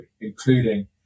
including